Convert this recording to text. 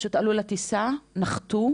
הן פשוט עלו לטיסה, נחתו,